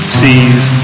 sees